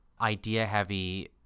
idea-heavy